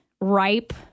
ripe